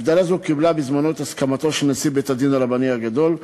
הגדרה זו קיבלה בזמנו את הסכמתו של נשיא בית-הדין הרבני הגדול,